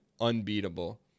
unbeatable